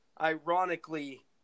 ironically